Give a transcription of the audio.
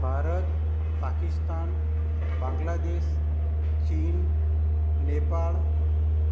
ભારત પાકિસ્તાન બાંગ્લાદેશ ચીન નેપાળ